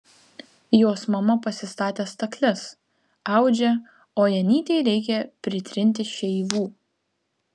jos mama pasistatė stakles audžia o janytei reikia pritrinti šeivų